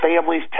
families